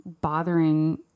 bothering